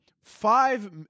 five